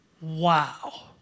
Wow